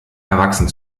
erwachsen